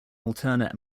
alternate